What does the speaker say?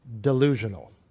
delusional